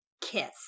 kiss